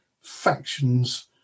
factions